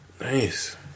Nice